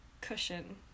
cushion